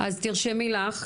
אז תרשמי לך,